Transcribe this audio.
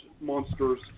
monsters